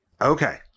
Okay